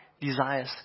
desires